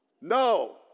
No